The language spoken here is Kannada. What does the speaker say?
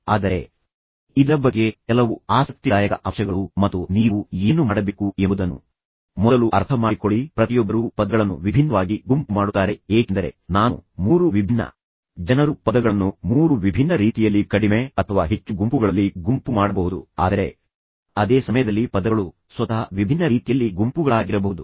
ಆದರೆ ಇದರ ಬಗ್ಗೆ ಕೆಲವು ಆಸಕ್ತಿದಾಯಕ ಅಂಶಗಳು ಮತ್ತು ನೀವು ಏನು ಮಾಡಬೇಕು ಎಂಬುದನ್ನು ಮೊದಲು ಅರ್ಥಮಾಡಿಕೊಳ್ಳಿ ಪ್ರತಿಯೊಬ್ಬರೂ ಪದಗಳನ್ನು ವಿಭಿನ್ನವಾಗಿ ಗುಂಪು ಮಾಡುತ್ತಾರೆ ಏಕೆಂದರೆ ನಾನು 3 ವಿಭಿನ್ನ ಜನರು ಪದಗಳನ್ನು 3 ವಿಭಿನ್ನ ರೀತಿಯಲ್ಲಿ ಕಡಿಮೆ ಅಥವಾ ಹೆಚ್ಚು ಗುಂಪುಗಳಲ್ಲಿ ಗುಂಪು ಮಾಡಬಹುದು ಎಂದು ತೋರಿಸುತ್ತಿದ್ದೆ ಆದರೆ ಅದೇ ಸಮಯದಲ್ಲಿ ಪದಗಳು ಸ್ವತಃ ವಿಭಿನ್ನ ರೀತಿಯಲ್ಲಿ ಗುಂಪುಗಳಾಗಿರಬಹುದು